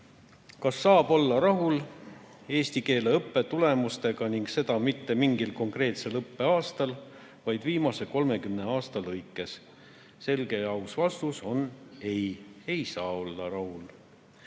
Kas saab olla rahul eesti keele õppe tulemustega ning seda mitte mingil konkreetsel õppeaastal, vaid viimase 30 aasta lõikes? Selge ja aus vastus on, et ei saa olla rahul.